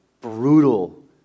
brutal